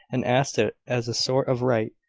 and asked it as a sort of right.